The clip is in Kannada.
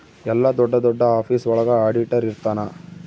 ಎಲ್ಲ ದೊಡ್ಡ ದೊಡ್ಡ ಆಫೀಸ್ ಒಳಗ ಆಡಿಟರ್ ಇರ್ತನ